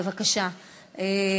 בבקשה,